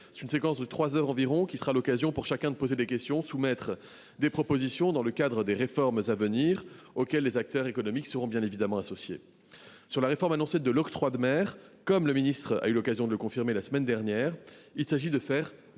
Cette séquence de trois heures environ sera l’occasion pour chacun de poser des questions et de soumettre des propositions dans le cadre des réformes à venir, auxquelles les acteurs économiques seront bien évidemment associés. Par ailleurs, comme le ministre a eu l’occasion de le confirmer la semaine dernière, la réforme